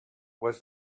was